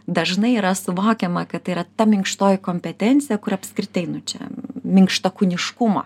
dažnai yra suvokiama kad tai yra ta minkštoji kompetencija kur apskritai nu čia minkštakūniškumo